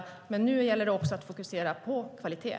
Nu gäller det också att fokusera på kvalitet.